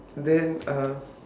then uh